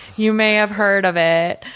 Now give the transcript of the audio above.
you may have heard of it,